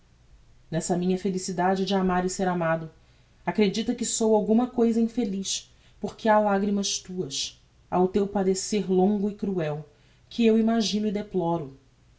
nesta minha felicidade de amar e ser amado acredita que sou alguma cousa infeliz por que ha lagrimas tuas ha o teu padecer longo e cruel que eu imagino e deploro